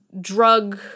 drug